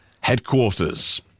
headquarters